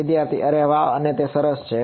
વિદ્યાર્થી અરે વાહ અને તે સરસ છે